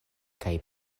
kaj